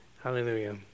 Hallelujah